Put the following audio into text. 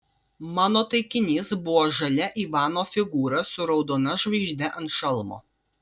mano taikinys buvo žalia ivano figūra su raudona žvaigžde ant šalmo